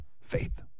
Faith